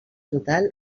total